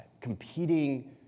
competing